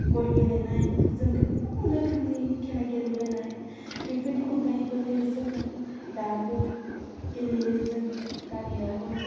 गर गेलेनाय जों गोबां रोखोमनि खेला गेलेबोनाय बेफोरनि अनगायैबो दे जोङो दाबो गेलेयो जों गामियावबो